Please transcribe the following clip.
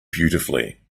beautifully